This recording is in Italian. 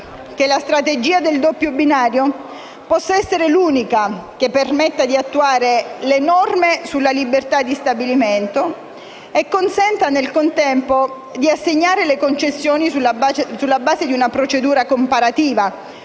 la strategia del doppio binario possa essere l'unica che permette di attuare le norme europee sulla libertà di stabilimento e consenta, nel contempo, di assegnare le concessioni sulla base di una procedura comparativa,